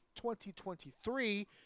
2023